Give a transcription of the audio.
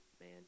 man